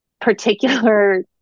particular